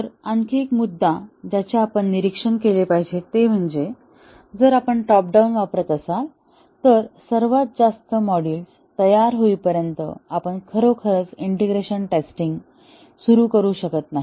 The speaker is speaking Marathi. तर आणखी एक मुद्दा ज्याचे आपण निरीक्षण केले पाहिजे ते म्हणजे जर आपण टॉप डाऊन वापरत असाल तर सर्वात जास्त मॉड्यूल तयार होईपर्यंत आपण खरोखरच इंटिग्रेशन टेस्टिंग सुरू करू शकत नाही